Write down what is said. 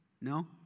No